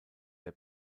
der